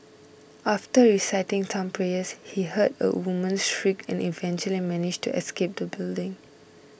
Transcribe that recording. after reciting some prayers he heard a woman's shriek and eventually managed to escape the building